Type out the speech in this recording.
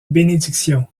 bénédiction